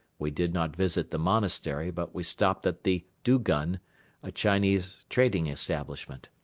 we did not visit the monastery but we stopped at the dugun, a chinese trading establishment.